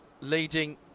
leading